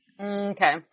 Okay